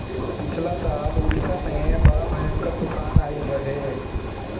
पिछला साल उड़ीसा में बड़ा भयंकर तूफान आईल रहे